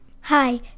Hi